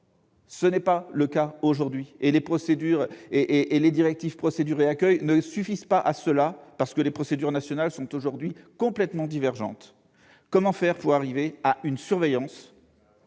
Tel n'est pas le cas aujourd'hui ! Et les directives Procédure et Accueil ne suffisent pas, les procédures nationales étant aujourd'hui complètement divergentes. Comment faire pour arriver à une surveillance